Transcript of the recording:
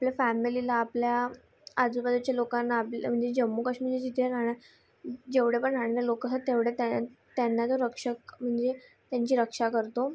आपल्या फॅमिलीला आपल्या आजूबाजूच्या लोकांना आपल्या म्हणजे जम्मू काश्मीरचे जिथे राहणार जेवढे पण राहणारे लोक आहेत तेवढे त्यांना तो रक्षक म्हणजे त्यांची रक्षा करतो